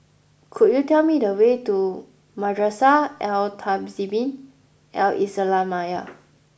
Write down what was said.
could you tell me the way to Madrasah Al Tahzibiah Al Islamiah